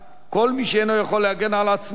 כל מי שאינו יכול להגן על עצמו הופך